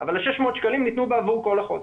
אבל ה-600 שקלים ניתנו בעבור כל החודש.